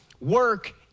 work